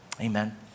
Amen